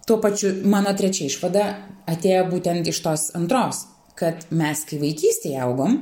tuo pačiu mano trečia išvada atėjo būtent iš tos antros kad mes kai vaikystėj augom